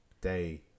day